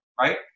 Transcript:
Right